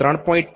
5 0